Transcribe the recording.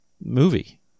movie